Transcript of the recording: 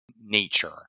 Nature